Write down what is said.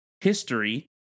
History